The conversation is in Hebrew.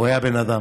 הוא היה בן אדם,